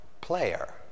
player